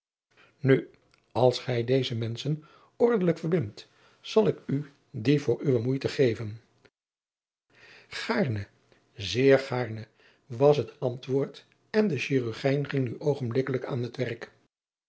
u als gij deze menschen ordelijk verbindt zal ik u dien voor uwe moeite geven aarne zeer gaarne was het antwoord en de hirurgijn ging nu oogenblikkelijk aan het werk